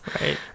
Right